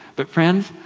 but friends,